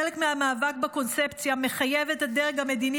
חלק מהמאבק בקונספציה מחייב את הדרג המדיני